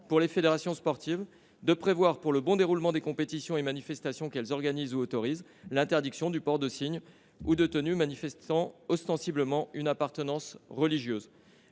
pour les fédérations sportives, de prévoir, pour le bon déroulement des compétitions et manifestations qu’elles organisent ou autorisent, l’interdiction du port de signes ou de tenues manifestant ostensiblement une appartenance religieuse.